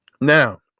Now